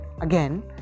again